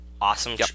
awesome